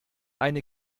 eine